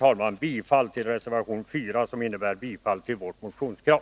Jag yrkar bifall till reservation 4, som innebär bifall till våra motionskrav.